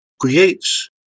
creates